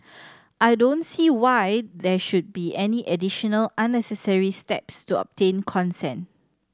I don't see why there should be any additional unnecessary steps to obtain consent